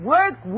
Work